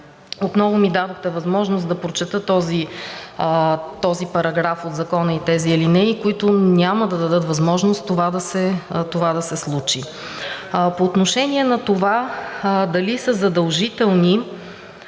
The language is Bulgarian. Отново ми дадохте възможност да прочета този параграф от Закона и тези алинеи, които няма да дадат възможност това да се случи. По отношение на това, дали са задължителни